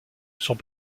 sont